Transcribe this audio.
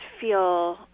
feel